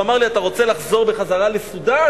אמר לי: אתה רוצה לחזור בחזרה לסודן?